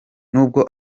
nubwo